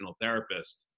therapist